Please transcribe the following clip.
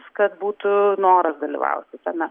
kad būtų noras dalyvauti tame